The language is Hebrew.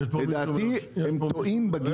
לדעתי, הם טועים בגישה.